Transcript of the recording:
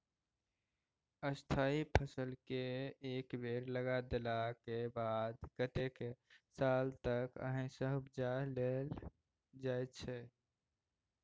स्थायी फसलकेँ एक बेर लगा देलाक बाद कतेको साल तक ओहिसँ उपजा लेल जाइ छै